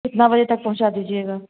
कितना बजे तक पहुँचा दीजिएगा